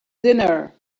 dinner